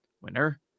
winner